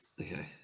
Okay